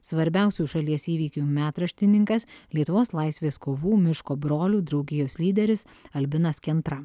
svarbiausių šalies įvykių metraštininkas lietuvos laisvės kovų miško brolių draugijos lyderis albinas kentra